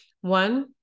One